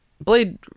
Blade